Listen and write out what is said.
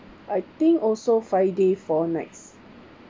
I think also five day four nights